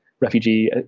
refugee